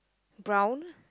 brown